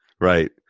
Right